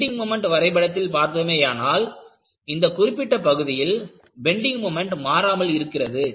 bending moment வரைபடத்தில் பார்த்தோமேயானால் இந்த குறிப்பிட்ட பகுதியில் பெண்டிங் மொமெண்ட் மாறாமல் இருக்கிறது